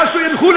ילכו,